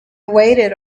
waited